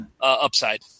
upside